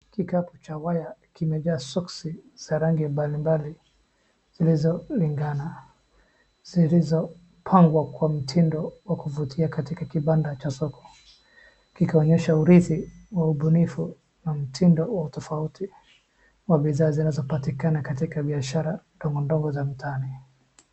Kikapu cha waya kimejaa soksi za rangi mbalimbali zilizolingana, zilizopangwa kwa mtindo wa kuvutia katika kibanda cha soko kikionyesha urithi wa ubunifu na mtindo wa utofauti wa bidhaa zinazopatikana katika biashara ndogondogo za mtaani.